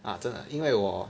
啊真的因为我